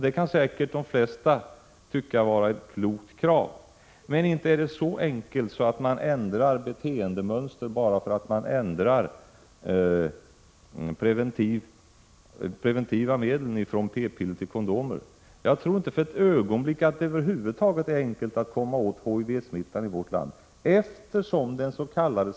Det kan säkert de flesta tycka vara ett klokt krav. Men inte är det så enkelt att man ändrar beteendemönster bara för att man ändrar de preventiva medlen från p-piller till kondomer. Jag tror inte för ett ögonblick att det över huvud taget är enkelt att komma åt HIV-smittan i vårt land, eftersom dens.k.